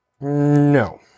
No